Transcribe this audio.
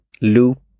loop